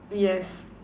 yes